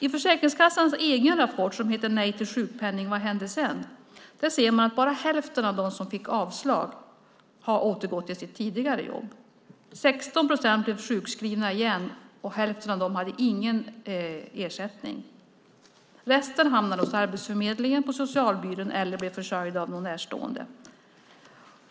I Försäkringskassans egen rapport som heter Nej till sjukpenning - Vad hände sedan? ser man att bara hälften av dem som fick avslag har återgått till sitt tidigare jobb. 16 procent blev sjukskrivna igen, och hälften av dem hade ingen ersättning. Resten hamnade hos Arbetsförmedlingen, på socialbyrån eller blev försörjda av någon närstående.